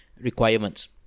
Requirements